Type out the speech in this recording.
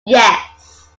yes